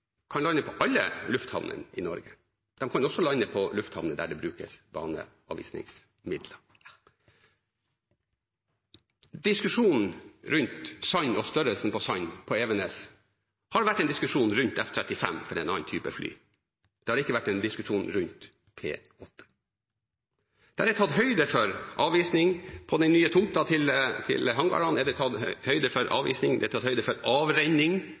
kan lande på alle lufthavner i Norge. De kan også lande på lufthavner der det brukes baneavisingsmidler. Diskusjonen rundt sand og størrelsen på sand på Evenes har vært en diskusjon om F-35, som er en annen type fly, det har ikke vært en diskusjon om P-8. Det er tatt høyde for avising på den nye tomta til hangarene, det er tatt høyde for avrenning